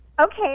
Okay